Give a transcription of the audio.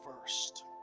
first